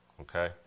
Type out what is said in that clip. okay